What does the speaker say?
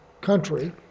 country